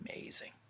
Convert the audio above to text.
Amazing